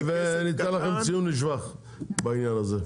וניתן לכם ציון לשבח בעניין הזה.